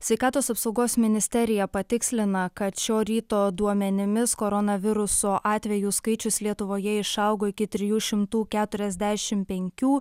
sveikatos apsaugos ministerija patikslina kad šio ryto duomenimis koronaviruso atvejų skaičius lietuvoje išaugo iki trijų šimtų keturiasdešimt penkių